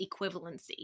equivalency